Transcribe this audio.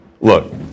look